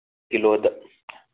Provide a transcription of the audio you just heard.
ꯀꯤꯂꯣꯗ